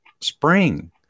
spring